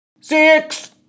Six